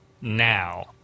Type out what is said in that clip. now